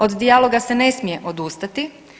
Od dijaloga se ne smije odustati.